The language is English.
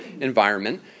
environment